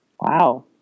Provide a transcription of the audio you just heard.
Wow